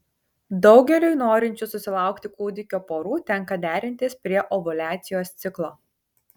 daugeliui norinčių susilaukti kūdikio porų tenka derintis prie ovuliacijos ciklo